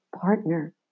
partner